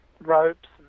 ropes